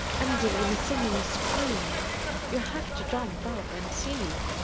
ending in a singing scream you have to jump up and see.